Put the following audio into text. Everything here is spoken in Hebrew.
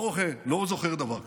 לא זוכר דבר כזה.